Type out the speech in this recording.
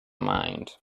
mind